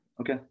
okay